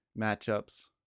matchups